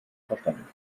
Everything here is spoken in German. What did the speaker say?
verstanden